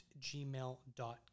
gmail.com